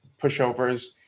pushovers